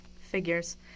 figures